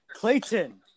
Clayton